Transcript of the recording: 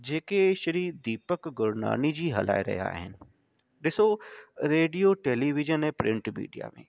जेके श्री दीपक गुरनानी जी हलाए रहिया आहिनि ॾिसो रेडियो टेलीविजन ऐं प्रिंट मीडिया में